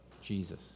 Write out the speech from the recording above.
Jesus